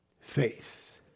faith